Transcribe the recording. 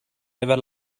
never